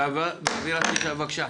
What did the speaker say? בבקשה.